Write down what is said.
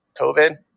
COVID